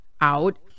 out